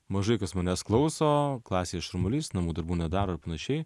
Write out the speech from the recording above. mažai kas manęs klauso klasės šurmulys namų darbų nedaro ir panašiai